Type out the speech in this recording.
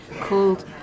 called